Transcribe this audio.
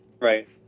Right